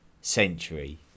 century